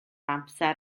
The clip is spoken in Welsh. amser